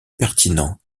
pertinent